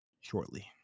shortly